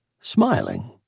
smiling